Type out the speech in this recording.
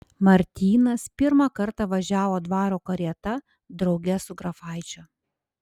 martynas pirmą kartą važiavo dvaro karieta drauge su grafaičiu